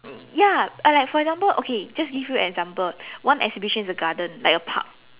ya and like for example okay just give you an example one exhibition is a garden like a park